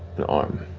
an arm.